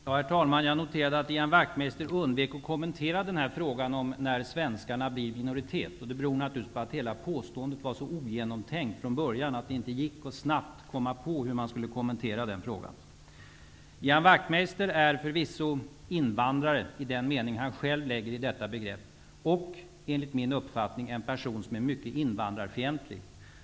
Herr talman! Jag noterade att Ian Wachtmeister undvek att kommentera frågan om när svenskarna blir i minoritet. Det beror naturligtvis på att hela påståendet var så ogenomtänkt från början att det inte gick att snabbt komma på hur man skulle kommentera den frågan. Ian Wachtmeister är förvisso invandrare i den mening han själv lägger i detta begrepp, och enligt min uppfattning en person som är mycket invandrarfientlig.